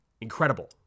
incredible